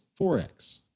4X